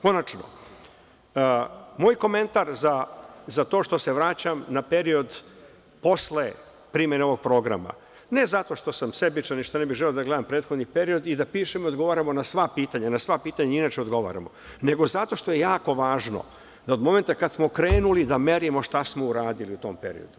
Konačno, moj komentar za to što se vraćam na period posle primene ovog programa, ne zato što sam sebičan i što ne bi želeo da gledam prethodni period i da pišem i da odgovaramo na sva pitanja, na sva pitanja inače odgovaramo, nego zato što je jako važno da, od momenta kada smo krenuli, merimo šta smo uradili u tom periodu.